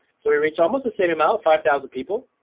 so we reached almost the same amount, five thousand people.